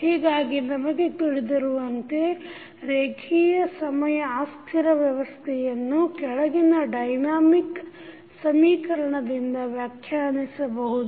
ಹೀಗಾಗಿ ನಮಗೆ ತಿಳಿದಿರುವಂತೆ ರೇಖಿಯ ಸಮಯ ಅಸ್ಥಿರ ವ್ಯವಸ್ಥೆಯನ್ನು ಕೆಳಗಿನ dynamic ಸಮೀಕರಣದಿಂದ ವ್ಯಾಖ್ಯಾನಿಸಬಹುದು